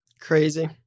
crazy